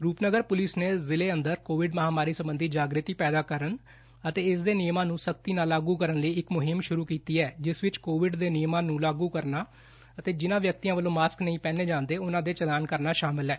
Rupnagar police ਨੇ ਜਿੱਲ੍ਹੇ ਅੰਦਰ ਕੋਵਿਡ ਮਹਾਮਾਰੀ ਸਬੰਧੀ ਜਾਗ੍ਰਿਤੀ ਪੈਦਾ ਕਰਨ ਅਤੇ ਇਸਦੇ ਨਿਯਮਾ ਨੂੰ ਸ਼ਤੀ ਨਾਲ ਲਾਗੁ ਕਰਨ ਲਈ ਇੱਕ ਮੁਹਿੰਮ ਸੂਰੁ ਕੀਤੀ ਹੈ ਜਿਸ ਵਿੱਚ ਕੋਵਿਡ ਦੇ ਨਿਯਮਾਂ ਨੂੰ ਲਾਗੁ ਕਰਨਾ ਅਤੇ ਜਿਨ੍ਹਾਂ ਵਿਅਕਤੀਆਂ ਵਲੋਂ ਮਾਸਕ ਨਹੀਂ ਪਹਿਨੇ ਜਾਂਦੇ ਉਨ੍ਹਾਂ ਦੇ ਚਾਲਾਨ ਕਰਨਾ ਸ਼ਾਮਲ ਹੈ